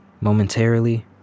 Momentarily